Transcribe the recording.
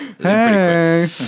Hey